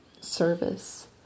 service